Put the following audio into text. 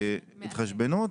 ומנגנון התחשבנות.